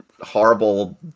horrible